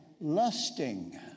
lusting